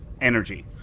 energy